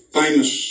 famous